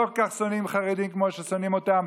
שלא שונאים חרדים כל כך כמו ששונאים אותם